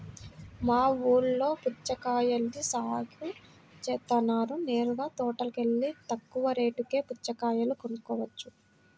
మా ఊల్లో పుచ్చకాయల్ని సాగు జేత్తన్నారు నేరుగా తోటలోకెల్లి తక్కువ రేటుకే పుచ్చకాయలు కొనుక్కోవచ్చు